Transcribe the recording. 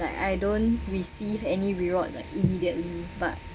like I don't receive any reward like immediately but